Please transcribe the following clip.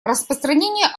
распространение